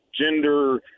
gender